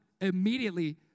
Immediately